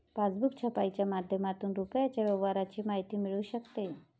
passbook छपाईच्या माध्यमातून रुपयाच्या व्यवहाराची माहिती मिळू शकते